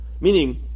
Meaning